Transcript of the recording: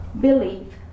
Believe